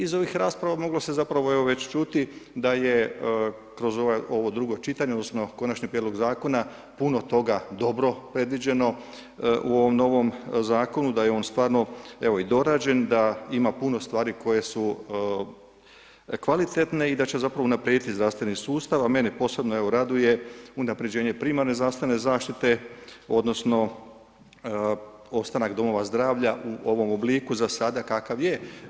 Iz ovih rasprava moglo se zapravo evo već čuti da je kroz ovo drugo čitanje, odnosno konačni prijedlog zakona puno toga dobro predviđeno u ovom novom zakonu, da je on stvarno evo i dorađen, da ima puno stvari koje su kvalitetne i da će zapravo unaprijediti zdravstveni sustav a mene posebno evo raduje unapređenje primarne zdravstvene zaštite odnosno ostanak domova zdravlja u ovom obliku za sada kakav je.